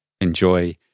enjoy